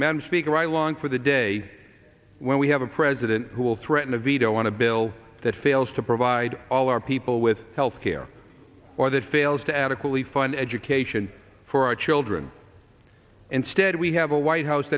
madam speaker i long for the day when we have a president who will threaten a veto on a bill that fails to provide all our people with health care or that fails to adequately fund education for our children instead we have a white house